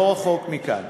לא רחוק מכאן.